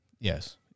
Yes